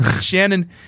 Shannon